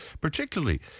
particularly